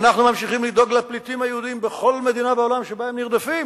ואנחנו ממשיכים לדאוג לפליטים היהודים בכל מדינה בעולם שבה הם נרדפים.